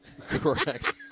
Correct